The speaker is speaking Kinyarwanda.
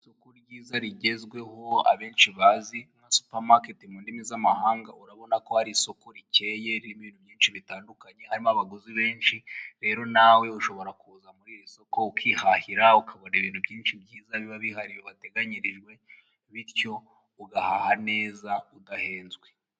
Isoko ryiza rigezweho abenshi bazi nka supamaketi mu ndimi z'amahanga, urabona ko hari isoko rikeye ririmo ibintu byinshi bitandukanye harimo abaguzi benshi, rero nawe ushobora kuza muri iri soko ukihahira ukabona ibintu byinshi byiza biba bihari wateganyirijwe bityo ugahaha neza udahenzwe.